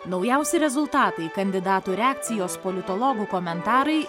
naujausi rezultatai kandidatų reakcijos politologų komentarai